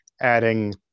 adding